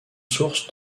sources